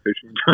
fishing